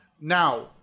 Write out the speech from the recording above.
now